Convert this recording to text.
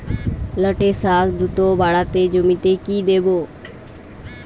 লটে শাখ দ্রুত বাড়াতে জমিতে কি দেবো?